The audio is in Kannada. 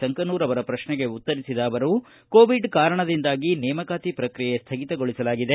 ಸಂಕನೂರ ಅವರ ಪ್ರಶ್ನೆಗೆ ಉತ್ತರಿಸಿದ ಅವರು ಕೋವಿಡ್ ಕಾರಣದಿಂದಾಗಿ ನೇಮಕಾತಿ ಪ್ರಕ್ರಿಯೆ ಸ್ಥಗಿತಗೊಳಿಸಲಾಗಿದೆ